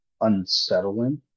unsettling